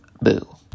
Boo